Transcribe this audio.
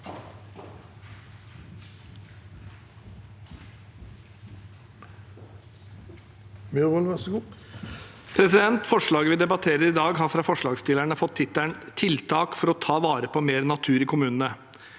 Forslaget vi debatterer i dag, har av forslagsstillerne fått tittelen «tiltak for å ta vare på mer natur i kommunene».